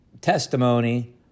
testimony